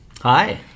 Hi